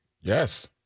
Yes